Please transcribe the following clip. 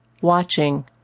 Watching